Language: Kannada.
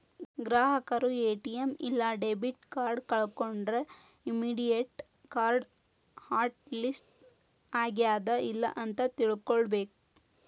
ಗ್ರಾಹಕರು ಎ.ಟಿ.ಎಂ ಇಲ್ಲಾ ಡೆಬಿಟ್ ಕಾರ್ಡ್ ಕಳ್ಕೊಂಡ್ರ ಇಮ್ಮಿಡಿಯೇಟ್ ಕಾರ್ಡ್ ಹಾಟ್ ಲಿಸ್ಟ್ ಆಗ್ಯಾದ ಇಲ್ಲ ಅಂತ ತಿಳ್ಕೊಬೇಕ್